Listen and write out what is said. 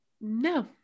no